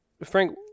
Frank